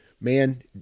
man